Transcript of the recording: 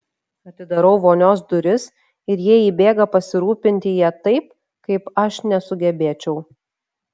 atidarau vonios duris ir jie įbėga pasirūpinti ja taip kaip aš nesugebėčiau